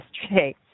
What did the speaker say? yesterday